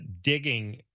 digging